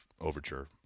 overture